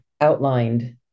outlined